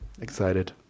excited